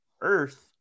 earth